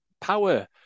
power